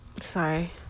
Sorry